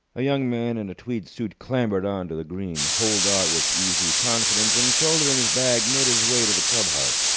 a young man in a tweed suit clambered on to the green, holed out with easy confidence, and, shouldering his bag, made his way to the club-house.